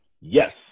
Yes